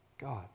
God